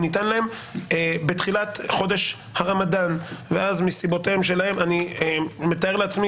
הוא ניתן להם בתחילת חודש הרמדאן ואז מסיבותיהם שלהם - אני מתאר לעצמי